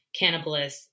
cannibalists